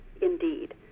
indeed